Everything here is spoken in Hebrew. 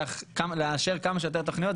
לאשר כמה שיותר תוכניות.